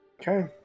Okay